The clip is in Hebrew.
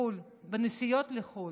בנסיעות לחו"ל.